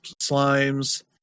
slimes